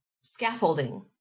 scaffolding